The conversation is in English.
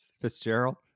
Fitzgerald